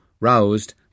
roused